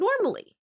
Normally